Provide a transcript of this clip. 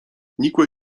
nikłe